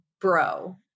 bro